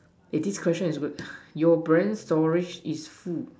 eh this question is good your brain storage is full